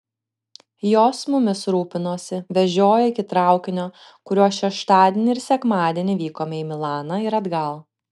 jos mumis rūpinosi vežiojo iki traukinio kuriuo šeštadienį ir sekmadienį vykome į milaną ir atgal